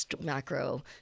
macro